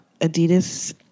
Adidas